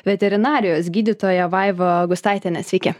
veterinarijos gydytoją vaiva augustaitienę sveiki